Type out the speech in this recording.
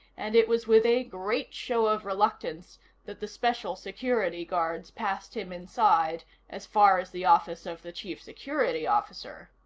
and it was with a great show of reluctance that the special security guards passed him inside as far as the office of the chief security officer.